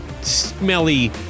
smelly